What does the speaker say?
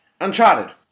Uncharted